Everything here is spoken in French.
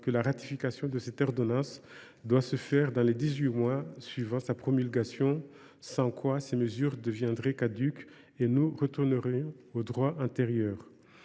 que la ratification de cette ordonnance doit se faire dans les dix huit mois suivant sa promulgation, sans quoi ces mesures deviennent caduques et l’on retourne au droit antérieur.